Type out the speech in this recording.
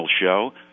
show